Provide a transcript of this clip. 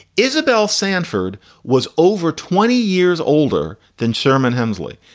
isabel sanford was over twenty years older than sherman hemsley.